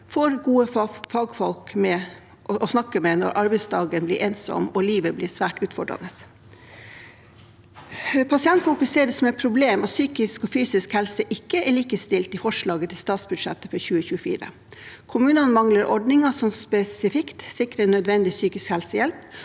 får gode fagfolk å snakke med når arbeidsdagen blir ensom, og livet blir svært utfordrende. Pasientfokus ser det som et problem at psykisk og fysisk helse ikke er likestilt i forslaget til statsbudsjett for 2024. Kommunene mangler ordninger som spesifikt sikrer nødvendig psykisk helsehjelp